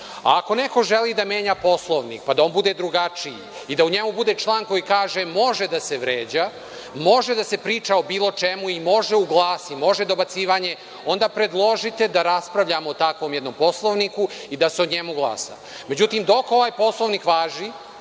Ako neko želi da menja Poslovnik, pa da on bude drugačiji i da u njemu bude član koji kaže – može da se vređa, može da se priča o bilo čemu, može u glas i može dobacivanje, onda predložite da raspravljamo o takvom jednom poslovniku i da se o njemu glasa. Međutim, dok ovaj Poslovnik važi